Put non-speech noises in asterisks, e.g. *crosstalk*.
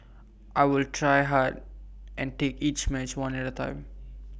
*noise* I will try hard and take each match one at A time